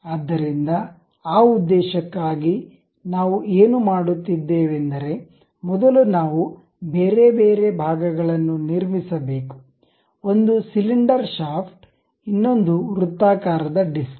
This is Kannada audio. ಆದ್ದರಿಂದ ಆ ಉದ್ದೇಶಕ್ಕಾಗಿ ನಾವು ಏನು ಮಾಡುತ್ತಿದ್ದೇವೆಂದರೆ ಮೊದಲು ನಾವು ಬೇರೆ ಬೇರೆ ಭಾಗಗಳನ್ನು ನಿರ್ಮಿಸಬೇಕು ಒಂದು ಸಿಲಿಂಡರ್ ಶಾಫ್ಟ್ ಇನ್ನೊಂದು ವೃತ್ತಾಕಾರದ ಡಿಸ್ಕ್